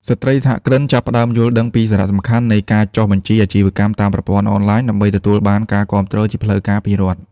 ស្ត្រីសហគ្រិនចាប់ផ្តើមយល់ដឹងពីសារៈសំខាន់នៃការចុះបញ្ជីអាជីវកម្មតាមប្រព័ន្ធអនឡាញ ដើម្បីទទួលបានការគាំទ្រជាផ្លូវការពីរដ្ឋ។